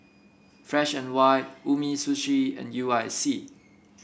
Fresh And White Umisushi and U I C